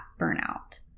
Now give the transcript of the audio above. burnout